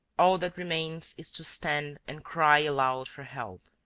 all that remains is to stand and cry aloud for help.